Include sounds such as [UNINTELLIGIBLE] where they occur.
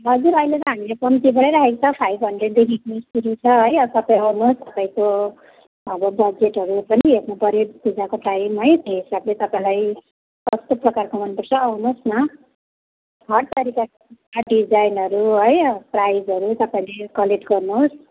हजुर अहिले त हामीले कम्तीबाटै राखेको छ फाइभ हन्ड्रेडदेखिको सुरु छ है तपाईँ आउनुहोस् तपाईँको अब बजेटहरू पनि हेर्नुपऱ्यो पूजाको टाइम है त्यही हिसाबले तपाईँलाई कस्तो प्रकारको मन पर्छ आउनुहोस् न हर तरिकाको [UNINTELLIGIBLE] डिजाइनहरू है प्राइजहरू तपाईँले कलेक्ट गर्नुहोस्